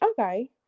Okay